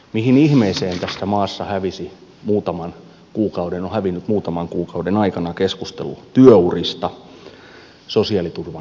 mihin ihmeeseen tässä maassa on hävinnyt muutaman kuukauden aikana keskustelu työurista ja sosiaaliturvan kehittämisestä